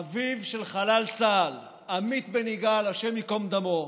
אביו של חלל צה"ל עמית בן יגאל, השם ייקום דמו,